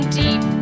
deep